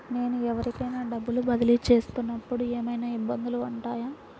నేను ఎవరికైనా డబ్బులు బదిలీ చేస్తునపుడు ఏమయినా ఇబ్బందులు వుంటాయా?